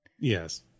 yes